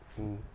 mm